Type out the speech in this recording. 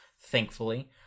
thankfully